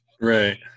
Right